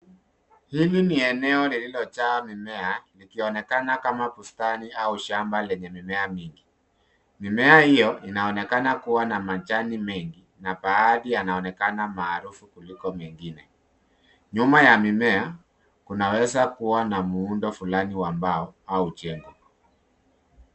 Hili ni eneo lililojaa mimea likionekana kama bustani au shamba lenye mimea mingi, mimea hio inaonekana kua na majani mengi na baadhi yanaonekana maarufu kuliko mengine, nyuma ya mimea kunawezakua na muundo fulani wa mbao au jengo.